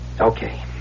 Okay